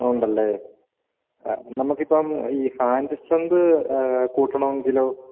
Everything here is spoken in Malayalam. ഉണ്ടല്ലേ ആ നമ്മൾക്കിപ്പം ഈ ഹാൻഡ് സ്ട്രങ്ത് കൂട്ടണമെങ്കിലോ